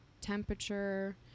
temperature